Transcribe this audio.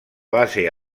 base